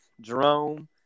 Jerome